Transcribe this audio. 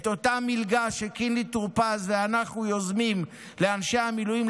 את אותה מלגה שקינלי טור פז ואנחנו יוזמים לאנשי המילואים,